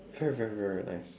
very very very nice